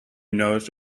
knows